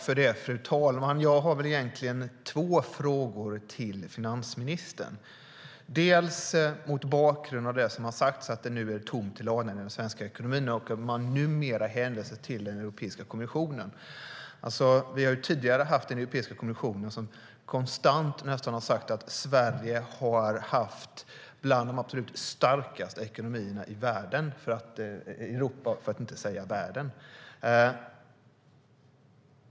Fru talman! Jag har två frågor till finansministern, bland annat mot bakgrund av det som har sagts om att det är tomt i ladorna när det gäller den svenska ekonomin och att man numera hänvisar till Europeiska kommissionen. Tidigare har Europeiska kommissionen nästan konstant sagt att Sverige har haft bland de absolut starkaste ekonomierna i Europa, för att inte säga i världen.